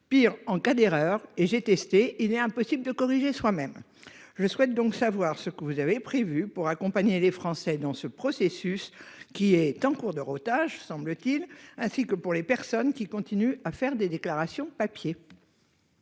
pire en cas d'erreur et j'ai testé, il est impossible de corriger soi-même. Je souhaite donc savoir ce que vous avez prévu pour accompagner les Français dans ce processus qui est en cours d'heure otages semble-t-il ainsi que pour les personnes qui continuent à faire des déclarations papier.